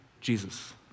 Jesus